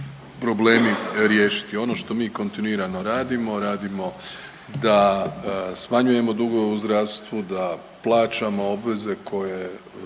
problemi riješiti. Ono što mi kontinuirano radimo, radimo da smanjujemo dugove u zdravstvu, da plaćamo obveze koje